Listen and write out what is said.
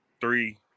three